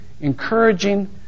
encouraging